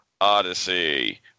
Odyssey